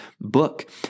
book